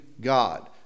God